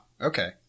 Okay